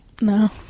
No